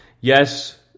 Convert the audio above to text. Yes